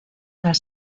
las